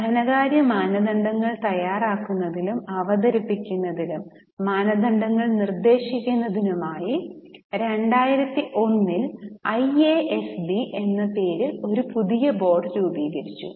ധനകാര്യ മാനദണ്ഡങ്ങൾ തയ്യാറാക്കുന്നതിലും അവതരിപ്പിക്കുന്നതിലും മാനദണ്ഡങ്ങൾ നിർദ്ദേശിക്കുന്നതിനായി 2001 ൽ ഐഎഎസ്ബി എന്ന പേരിൽ ഒരു പുതിയ ബോർഡ് രൂപീകരിച്ചു